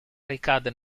ricade